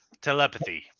telepathy